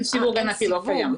לא קיים.